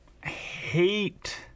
hate